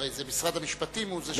הרי משרד המשפטים הוא זה שמופקד,